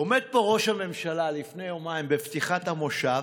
עומד פה ראש הממשלה לפני יומיים, בפתיחת המושב,